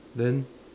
then